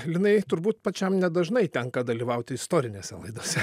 linai turbūt pačiam nedažnai tenka dalyvauti istorinėse laidose